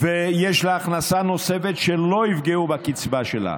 ויש לה הכנסה נוספת, שלא יפגעו בקצבה שלה,